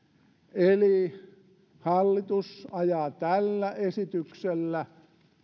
eli hallitus ajaa tällä esityksellä